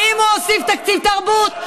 האם הוא הוסיף תקציב לתרבות?